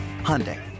Hyundai